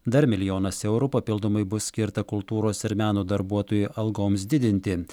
dar milijonas eurų papildomai bus skirta kultūros ir meno darbuotojų algoms didinti